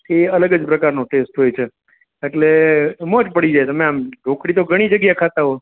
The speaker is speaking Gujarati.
એ અલગ જ પ્રકારનો ટેસ્ટ હોય છે એટલે મોજ પડી જાય તમે આમ ઢોકળી તો ઘણી જગ્યા ખાતા હો